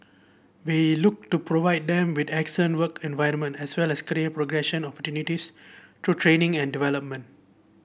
we look to provide them with excellent work environment as well as career progression opportunities through training and development